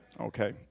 Okay